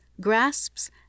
grasps